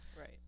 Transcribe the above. right